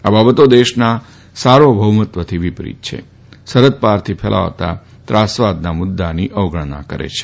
આ બાબતો દેશના સાર્વભૌમત્વથી વિ રીત છે તથા સરહદ ારથી ફેલાવવામાં આવતા ત્રાસવાદના મુદ્દાની અવગણના કરે છે